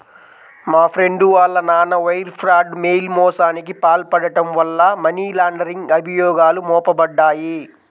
మా ఫ్రెండు వాళ్ళ నాన్న వైర్ ఫ్రాడ్, మెయిల్ మోసానికి పాల్పడటం వల్ల మనీ లాండరింగ్ అభియోగాలు మోపబడ్డాయి